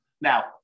Now